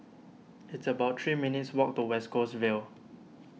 it's about three minutes' walk to West Coast Vale